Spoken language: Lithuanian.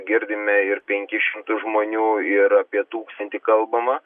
girdime ir penkis šimtus žmonių ir apie tūkstantį kalbama